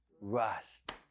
Rust